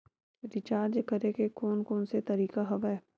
Recharge करे के कोन कोन से तरीका हवय?